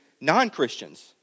non-Christians